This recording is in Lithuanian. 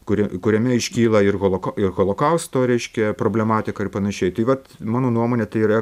kuri kuriame iškyla ir holoko ir holokausto reiškia problematika ir panašiai tai vat mano nuomone tai yra